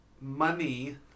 Money